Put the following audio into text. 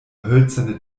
hölzerne